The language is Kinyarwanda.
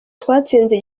twatsinze